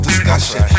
Discussion